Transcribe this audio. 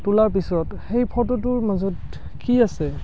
তোলাৰ পিছত সেই ফটোটোৰ মাজত কি আছে